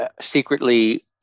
secretly